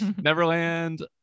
Neverland